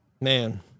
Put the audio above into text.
Man